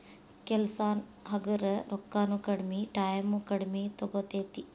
ಕೆಲಸಾ ಹಗರ ರೊಕ್ಕಾನು ಕಡಮಿ ಟಾಯಮು ಕಡಮಿ ತುಗೊತತಿ